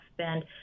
spend